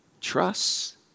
trust